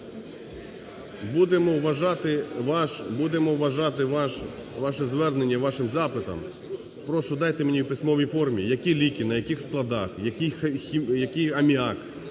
будемо вважати ваше звернення вашим запитом. Прошу дайте мені в письмовій формі, які ліки, на яких складах, який аміак,